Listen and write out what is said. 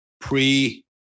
pre-